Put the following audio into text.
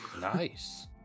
Nice